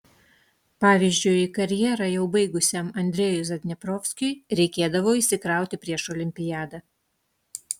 pavyzdžiui karjerą jau baigusiam andrejui zadneprovskiui reikėdavo įsikrauti prieš olimpiadą